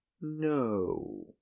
no